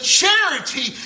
charity